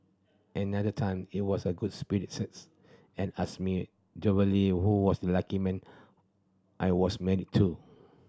another time he was a good and asked me Jovially who was the lucky man I was married to